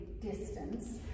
distance